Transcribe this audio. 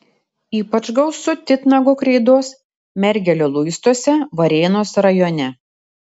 ypač gausu titnago kreidos mergelio luistuose varėnos rajone